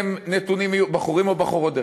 בחורים או בחורות,